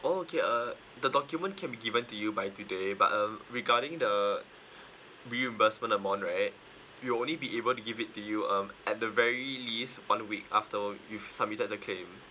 oh okay uh the document can be given to you by today but um regarding the reimbursement amount right we'll only be able to give it to you um at the very least one week after you've submitted the claim